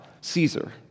Caesar